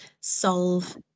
solve